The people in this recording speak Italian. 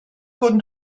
con